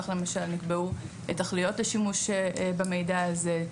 כך למשל נקבעו תכליות לשימוש במידע הזה,